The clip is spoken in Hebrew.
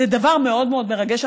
זה דבר מאוד מאוד מרגש.